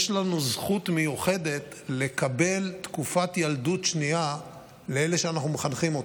יש לנו זכות מיוחדת לקבל תקופת ילדות שנייה לאלה שאנחנו מחנכים אותם.